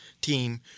team